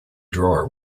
drawer